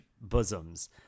bosoms